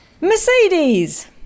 Mercedes